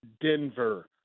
Denver